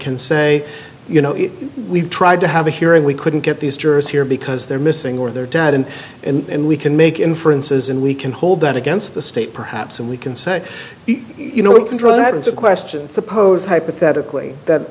can say you know if we've tried to have a hearing we couldn't get these jurors here because they're missing or their dad and and we can make inferences and we can hold that against the state perhaps and we can say you know we control that it's a question suppose hypothetically that